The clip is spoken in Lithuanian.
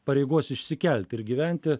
pareigos išsikelti ir gyventi